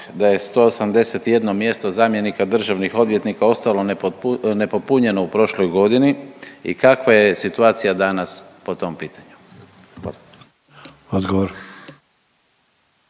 da je 181 mjesto zamjenika državnih odvjetnika ostalo nepopunjeno u prošloj godini i kakva je situacija danas po tom pitanju?